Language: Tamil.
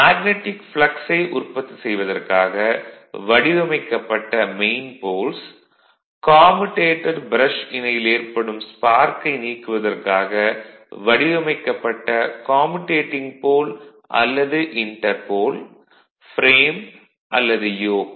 மேக்னடிக் ப்ளக்ஸை உற்பத்தி செய்வதற்காக வடிவமைக்கப்பட்ட மெயின் போல்ஸ் கம்யூடேட்டர் ப்ரஷ் இணையில் ஏற்படும் ஸ்பார்க்கை நீக்குவதற்காக வடிவமைக்கப்பட்ட commutating pole interpole frame அல்லது யோக்